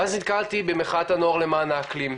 ואז נתקלתי במחאת הנוער למען האקלים,